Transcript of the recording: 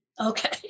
Okay